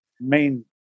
main